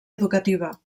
educativa